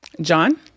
John